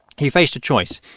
he faced a choice.